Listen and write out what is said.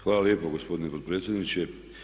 Hvala lijepo gospodine potpredsjedniče.